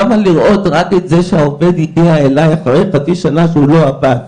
למה רק לראות את זה שהעובד הגיע אליי אחרי חצי שנה שהוא לא עבד?